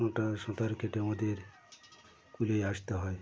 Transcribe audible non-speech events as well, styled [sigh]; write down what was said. [unintelligible] সঁতার কেটে আমাদের কুলেই আসতে হয়